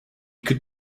could